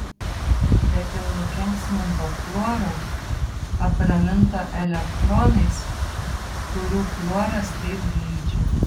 bet jau nukenksminto fluoro apraminto elektronais kurių fluoras taip geidžia